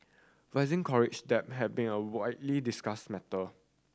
rising college debt have been a widely discussed matter